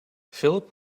philip